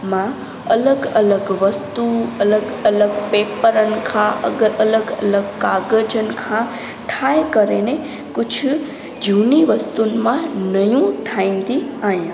मां अलॻि अलॻि वस्तू अलॻि अलॻि पेपरनि खां अलॻि अलॻि काॻजनि खां ठाहे करे ने कुझु झूनी वस्तुनि मां नयूं ठाहींदी आहियां